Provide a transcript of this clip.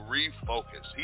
Refocus